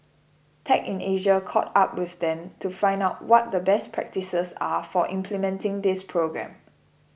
tech in Asia caught up with them to find out what the best practices are for implementing this program